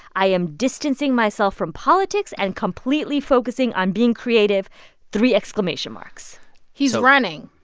i am distancing myself from politics and completely focusing on being creative three exclamation marks he's running